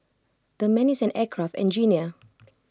the man is an aircraft engineer